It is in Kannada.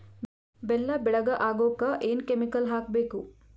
ಬೆಲ್ಲ ಬೆಳಗ ಆಗೋಕ ಏನ್ ಕೆಮಿಕಲ್ ಹಾಕ್ಬೇಕು?